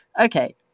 Okay